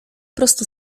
prostu